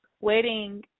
waiting